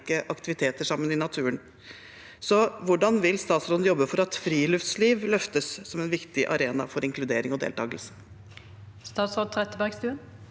aktiviteter sammen i naturen. Hvordan vil statsråden jobbe for at friluftsliv løftes som en viktig arena for inkludering og deltakelse?